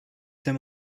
them